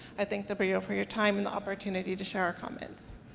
i thank the bureau for your time and the opportunity to share our comments.